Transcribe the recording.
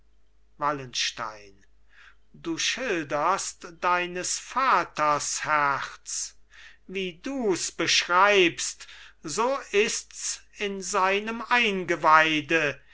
wallenstein du schilderst deines vaters herz wie dus beschreibst so ists in seinem eingeweide